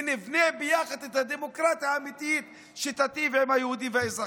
ונבנה ביחד את הדמוקרטיה האמיתית שתיטיב עם היהודים והאזרחים.